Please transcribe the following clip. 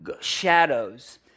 shadows